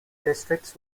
districts